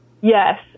Yes